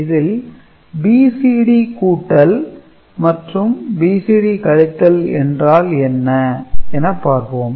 O A3'B3'S3 A3B3S3' C3 ⊕ C இதில் BCD கூட்டல் மற்றும் BCD கழித்தல் என்றால் என்ன என பார்ப்போம்